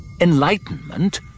Enlightenment